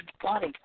body